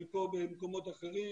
חלקו במקומות אחרים,